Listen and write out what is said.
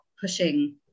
pushing